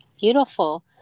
Beautiful